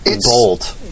bold